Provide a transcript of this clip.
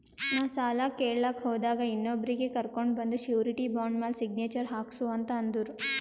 ನಾ ಸಾಲ ಕೇಳಲಾಕ್ ಹೋದಾಗ ಇನ್ನೊಬ್ರಿಗಿ ಕರ್ಕೊಂಡ್ ಬಂದು ಶೂರಿಟಿ ಬಾಂಡ್ ಮ್ಯಾಲ್ ಸಿಗ್ನೇಚರ್ ಹಾಕ್ಸೂ ಅಂತ್ ಅಂದುರ್